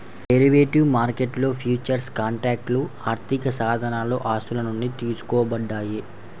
derivative మార్కెట్లో futures కాంట్రాక్ట్లు ఆర్థికసాధనాలు ఆస్తుల నుండి తీసుకోబడ్డాయి